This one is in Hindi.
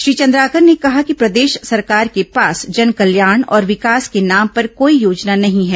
श्री चंद्राकर ने कहा कि प्रदेश सरकार के पास जनकल्याण और विकास के नाम पर कोई योजना नहीं है